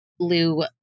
Lou